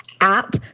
app